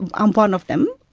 i'm one of them,